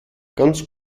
ganz